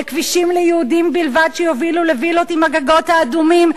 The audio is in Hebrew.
לכבישים ליהודים בלבד שיובילו לווילות עם הגגות האדומים,